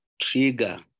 trigger